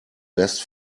best